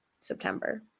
September